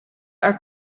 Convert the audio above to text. are